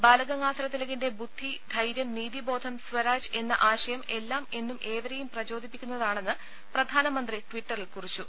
ബാലഗംഗാധര തിലകിന്റെ ബുദ്ധി ധൈര്യം നീതിബോധം സ്വരാജ് എന്ന ആശയം എല്ലാം എന്നും ഏവരേയും പ്രചോദിപ്പിക്കുന്നതാണെന്ന് പ്രധാനമന്ത്രി ട്വിറ്ററിൽ കുറിച്ചു